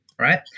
right